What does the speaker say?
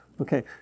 Okay